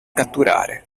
catturare